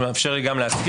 זה מאפשר לי גם להזכיר,